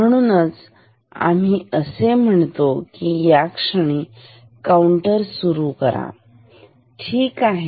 म्हणूनच आम्ही असे म्हणतो की या क्षणी काउंटर सुरू करा ठीक आहे